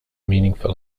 meaningful